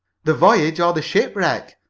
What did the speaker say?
the voyage or the shipwreck?